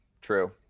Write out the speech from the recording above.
true